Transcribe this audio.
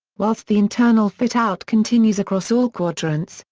whilst the internal fit-out continues across all quadrants,